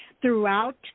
throughout